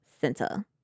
Center